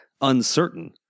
uncertain